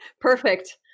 Perfect